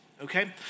okay